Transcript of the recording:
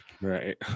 Right